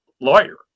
lawyer